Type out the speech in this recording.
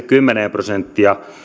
kymmenen prosenttia